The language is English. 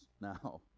now